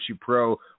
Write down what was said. Pro